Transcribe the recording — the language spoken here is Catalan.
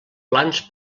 plans